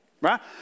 Right